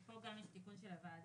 פה גם יש תיקון של הוועדה.